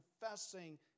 confessing